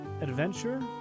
adventure